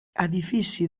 edifici